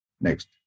Next